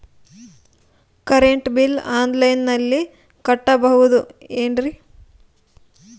Current bill ಆನ್ಲೈನಿನಲ್ಲಿ ಕಟ್ಟಬಹುದು ಏನ್ರಿ?